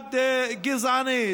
צעד גזעני,